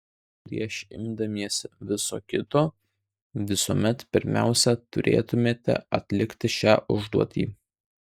prieš imdamiesi viso kito visuomet pirmiausia turėtumėte atlikti šią užduotį